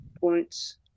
points